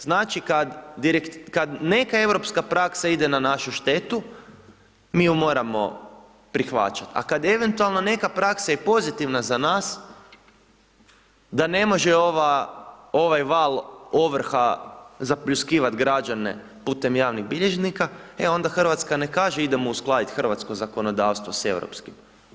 Znači kad neka europska praksa ide na našu štetu mi ju moramo prihvaćati a kad eventualno neka praksa i pozitivna za nas da ne može ovaj val ovrha zapljuskivati građane putem javnih bilježnika e onda Hrvatska neka kaže idemo uskladiti hrvatsko zakonodavstvo sa europskim.